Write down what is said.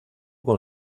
con